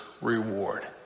reward